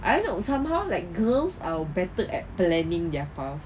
I don't know somehow like girls are better at planning their paths